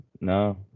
no